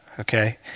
Okay